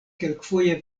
kelkfoje